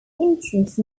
interest